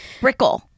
Brickle